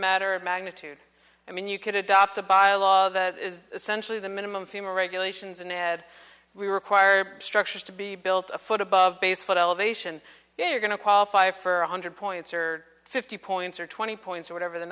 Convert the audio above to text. matter of magnitude i mean you could adopt a bylaw that is essentially the minimum fema regulations and add we require structures to be built a foot above base foot elevation if you're going to qualify for one hundred points or fifty points or twenty points or whatever the